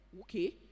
okay